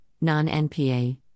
non-NPA